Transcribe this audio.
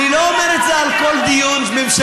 אני לא אומר את זה על כל דיון ממשלתי,